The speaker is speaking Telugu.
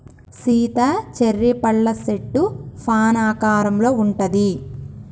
సీత చెర్రీ పళ్ళ సెట్టు ఫాన్ ఆకారంలో ఉంటది